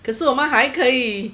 可是我们还可以